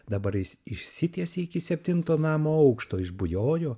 dabar jis išsitiesė iki septinto namo aukšto išbujojo